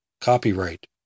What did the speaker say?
COPYRIGHT